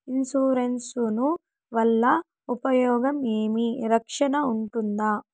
Insurance వల్ల ఉపయోగం ఏమి? రక్షణ ఉంటుందా?